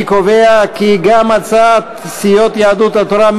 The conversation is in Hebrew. אני קובע כי גם הצעת סיעות יהדות התורה,